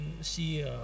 see